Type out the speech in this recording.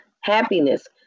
happiness